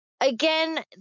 again